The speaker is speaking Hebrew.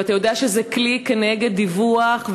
ואתה יודע שזה כלי כנגד דיווח,